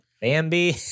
Bambi